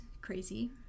crazy